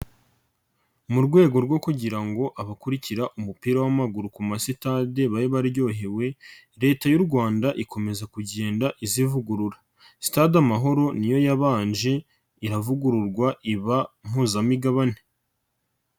Mu rwego rwo kugira ngo abakurikira umupira w'amaguru ku masitade babe baryohewe, Leta y'u Rwanda ikomeza kugenda izivugurura. Sitade amahoro ni yo yabanje iravugururwa iba mpuzamigabane.